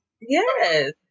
yes